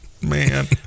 man